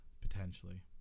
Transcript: potentially